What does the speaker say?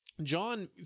John